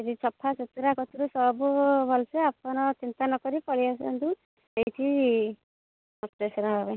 ଏଠି ସଫା ସୁତୁରା କତୁରୁ ସବୁ ଭଲ୍ସେ ଆପଣ ଚିନ୍ତା ନକରି ପଳେଇ ଆସନ୍ତୁ ଏଠି ଅପରେସନ୍ ହେବାପାଇଁ